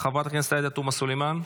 חברת הכנסת עאידה תומא סלימאן,